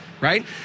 Right